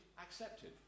accepted